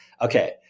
Okay